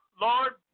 Lord